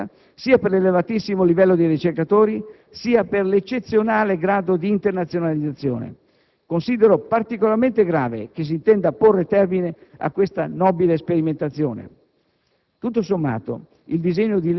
sia per la tematica d'avanguardia scelta, sia per l'elevatissimo livello dei ricercatori, sia per l'eccezionale grado di internazionalizzazione. Considero particolarmente grave che si intenda porre termine a questa nobile sperimentazione.